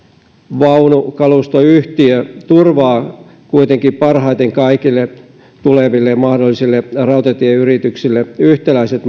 vaunukalustoyhtiö turvaa kuitenkin parhaiten kaikille tuleville mahdollisille rautatieyrityksille yhtäläiset